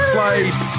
Flight